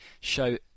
show